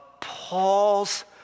Paul's